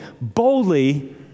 boldly